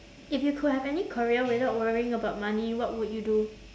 if you could have any career without worrying about money what would you do